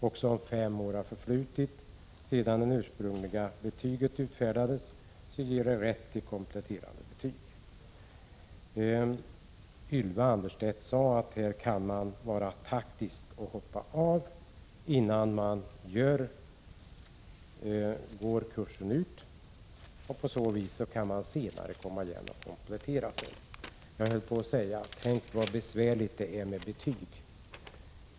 Också den omständigheten att fem år förflutit sedan det ursprungliga betyget utfärdades ger rätt till kompletterande av betyg. Ylva Annerstedt sade att man här kan vara taktisk och hoppa av innan man går kursen ut, och på så vis kan man senare komma igen och komplettera. Jag höll på att säga: Tänk, så besvärligt det är med betyg!